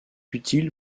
utile